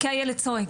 כי הילד צועק